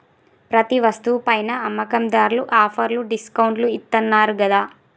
ప్రతి వస్తువు పైనా అమ్మకందార్లు ఆఫర్లు డిస్కౌంట్లు ఇత్తన్నారు గదా